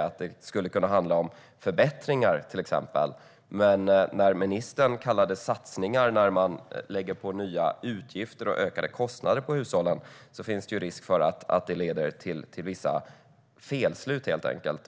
att det handlar om förbättringar. Men när ministern kallar nya utgifter och ökade kostnader för hushållen för satsningar är det risk för att det leder till vissa felslut.